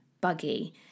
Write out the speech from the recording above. buggy